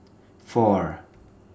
four